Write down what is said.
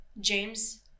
James